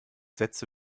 sätze